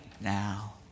now